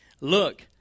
Look